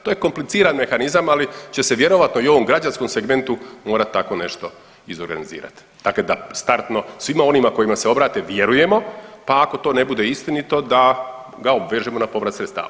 To je kompliciran mehanizam, ali će se vjerojatno i u ovom građevinskom segmentu morat tako nešto izorganizirat, dakle da startno svima onima kojima se obrate vjerujemo, pa ako to ne bude istinito da ga obvežemo na povrat sredstava.